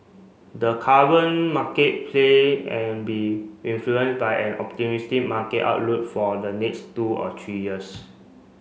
the current market play an be influenced by an optimistic market outlook for the next two or three years